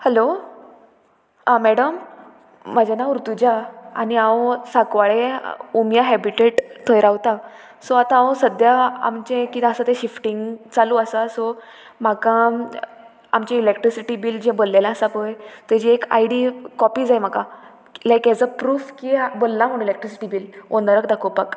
hello आ madam म्हजें नांव ऋतुजा आनी हांव साकवाळे उमिया हॅबिटेट थंय रावता सो आतां हांव सद्द्या आमचें कितें आसा तें शिफ्टींग चालू आसा सो म्हाका आमची इलेक्ट्रिसिटी बील जें भरलेलें आसा पय तेजी एक आयडी कॉपी जाय म्हाका लायक एज अ प्रूफ की भल्ला म्हूण इलॅक्ट्रिसिटी बील ओनराक दाखोवपाक